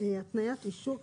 תנאי הקישור,